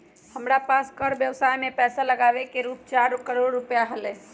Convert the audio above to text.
हमरा पास कर व्ययवसाय में पैसा लागावे के रूप चार करोड़ रुपिया हलय